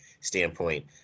standpoint